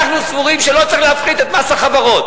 אנחנו סבורים שלא צריך להפחית את מס החברות.